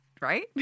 Right